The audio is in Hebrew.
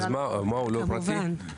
כמובן.